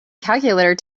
calculator